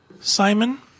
Simon